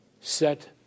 set